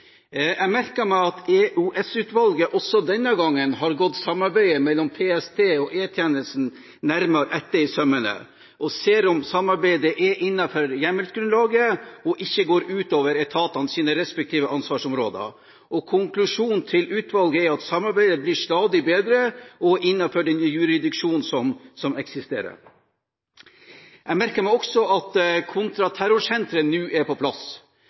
Jeg merker meg at EOS-utvalget også denne gangen har gått samarbeidet PST og E-tjenesten nærmere etter i sømmene og ser om samarbeidet er innenfor hjemmelsgrunnlaget og ikke går utover etatenes respektive ansvarsområder. Konklusjonen til utvalget er at samarbeidet blir stadig bedre og innenfor den jurisdiksjon som eksisterer. Jeg merker meg også at kontraterrorsenteret nå er på plass.